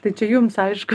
tai čia jums aišku